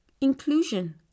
inclusion